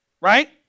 Right